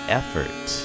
effort